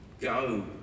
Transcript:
Go